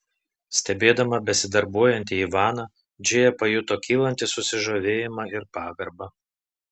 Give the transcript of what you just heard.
stebėdama besidarbuojantį ivaną džėja pajuto kylantį susižavėjimą ir pagarbą